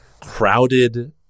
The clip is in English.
crowded